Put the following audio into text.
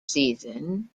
season